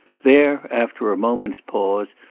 there, after a moment's pause,